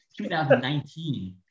2019